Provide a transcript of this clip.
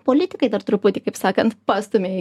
politikai dar truputį kaip sakant pastumia